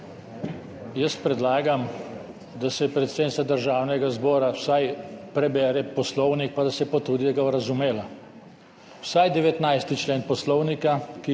lepa. Predlagam, da si predsednica Državnega zbora vsaj prebere poslovnik pa da se potrudi, da ga bo razumela, vsaj 19. člen Poslovnika, ki